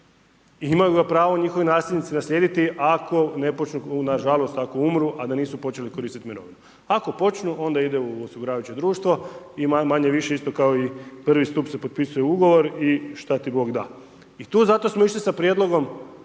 imaju ga pravo njihovi nasljednici naslijediti ako ne počnu, nažalost ako umru, a nisu počeli koristit mirovinu. Ako počnu onda ide u osiguravajuće društvo i manje-više isto kao i I. stup se potpisuje ugovor i šta ti Bog da. I tu zato smo išli sa prijedlogom